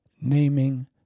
naming